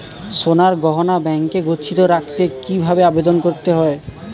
সোনার গহনা ব্যাংকে গচ্ছিত রাখতে কি ভাবে আবেদন করতে হয়?